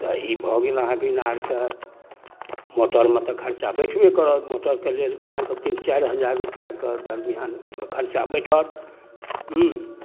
तऽ ई भऽ गेल अहाँके इनारके मोटरमे तऽ खर्चा बैठबे करत मोटरके लेब तऽ अहाँके तीन चारि हजार रुपैआके दरमियान ओइमे खर्चा बैठत